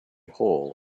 hole